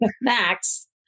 Max